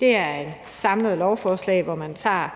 Det er et samlet lovforslag, hvor man tager